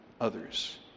others